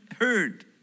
heard